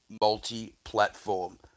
multi-platform